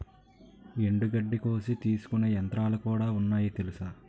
ఎండుగడ్డి కోసి తీసుకునే యంత్రాలుకూడా ఉన్నాయి తెలుసా?